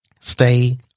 stay